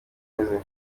ameze